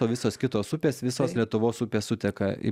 o visos kitos upės visos lietuvos upės suteka į